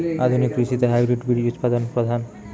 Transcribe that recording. আধুনিক কৃষিতে হাইব্রিড বীজ উৎপাদন প্রধান